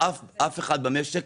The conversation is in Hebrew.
שאף אחד במשק